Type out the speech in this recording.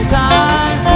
time